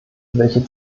welche